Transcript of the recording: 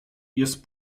jest